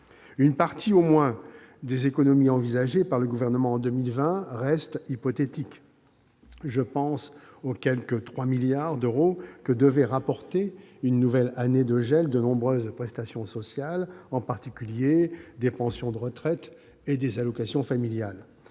Une partie au moins des économies envisagées par le Gouvernement en 2020 reste hypothétique. Je pense aux quelque 3 milliards d'euros que devait rapporter une nouvelle année de gel de nombreuses prestations sociales, en particulier les pensions de retraite et les allocations familiales.